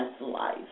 life